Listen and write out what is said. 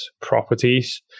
properties